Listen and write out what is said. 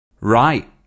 Right